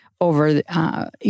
over